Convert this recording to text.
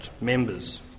members